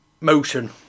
motion